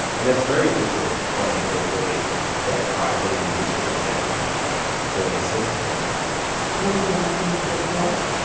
and that's very different from the way that her identity gets written down on a census form none of the options feel correct.